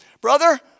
Brother